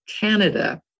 Canada